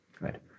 Good